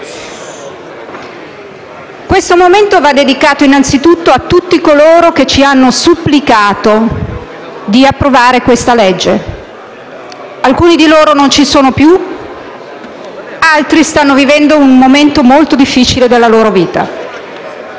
Questo momento va dedicato innanzi tutto a tutti coloro che ci hanno supplicato di approvare questa legge; alcuni di loro non ci so no più, altri stanno vivendo un momento molto difficile della loro vita.